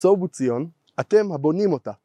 סובו ציון, אתם הבונים אותה!